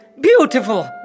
beautiful